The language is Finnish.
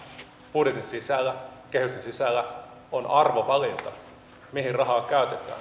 budjetin sisällä kehyksen sisällä on arvovalinta mihin rahaa käytetään